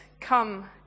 come